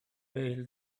bail